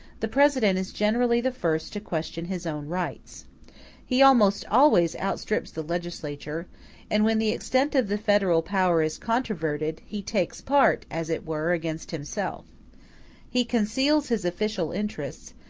the president is generally the first to question his own rights he almost always outstrips the legislature and when the extent of the federal power is controverted, he takes part, as it were, against himself he conceals his official interests,